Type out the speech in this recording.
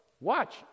watch